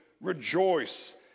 rejoice